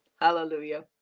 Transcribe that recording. hallelujah